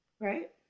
right